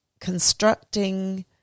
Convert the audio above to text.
constructing